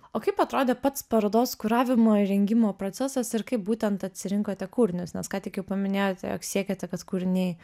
o kaip atrodė pats parodos kuravimo įrengimo procesas ir kaip būtent atsirinkote kūrinius nes ką tik jau paminėjote jog siekėte kad kūriniai